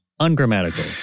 Ungrammatical